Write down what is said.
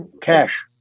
cash